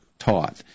taught